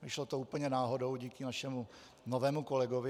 Vyšlo to úplně náhodou díky našemu novému kolegovi.